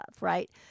right